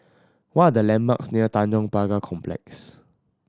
what are the landmarks near Tanjong Pagar Complex